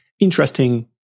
interesting